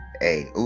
Hey